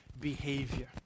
behavior